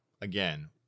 again